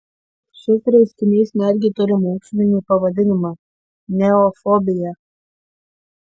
šis reiškinys netgi turi mokslinį pavadinimą neofobija